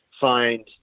find